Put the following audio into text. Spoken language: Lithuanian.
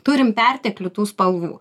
turim perteklių tų spalvų